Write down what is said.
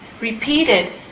Repeated